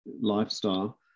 lifestyle